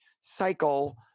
cycle